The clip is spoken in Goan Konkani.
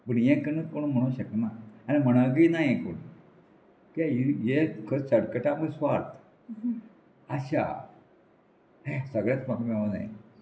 पूण हें करून कोण म्हणूंक शकना आनी म्हणगे ना हे कोण की हे सडकटा पूण स्वार्थ आशा हे सगळेंच म्हाका मेळोंक जाय